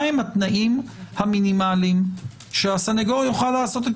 מה התנאים המינימליים שהסנגור יוכל לעשות את